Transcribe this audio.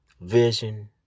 vision